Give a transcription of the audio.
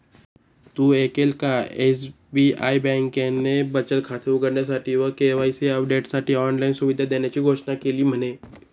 तु ऐकल का? एस.बी.आई बँकेने बचत खाते उघडण्यासाठी व के.वाई.सी अपडेटसाठी ऑनलाइन सुविधा देण्याची घोषणा केली म्हने